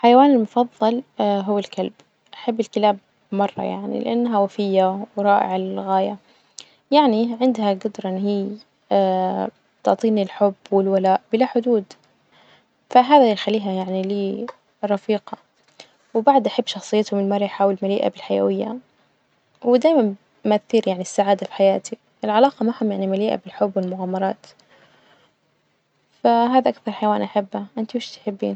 حيواني المفظل هو الكلب، أحب الكلاب مرة يعني لإنها وفية ورائعة للغاية، يعني عندها جدرة إن هي تعطيني الحب والولاء بلا حدود، فهذا يخليها يعني لي رفيقة، وبعد أحب شخصيتهم المرحة والمليئة بالحيوية، ودايما ما تثير يعني السعادة في حياتي، العلاقة معهم يعني مليئة بالحب والمغامرات، فهذا أكثر حيوان أحبه، إنتي وش تحبين?